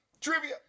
Trivia